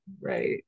right